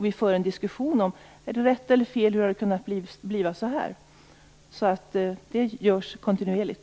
Vi för en diskussion om det är rätt eller fel och om hur det kunnat bli som det har blivit. Det görs kontinuerligt.